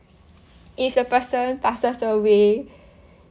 if the person passes away